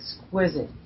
exquisite